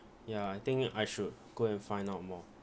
ya I think I should go and find out more